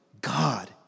God